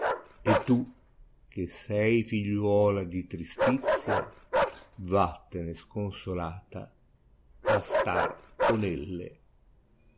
r tu che sei figliuola di tristitia ya tiene sconsolata a star con elle